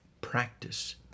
practice